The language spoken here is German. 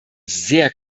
sehr